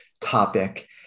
topic